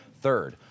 Third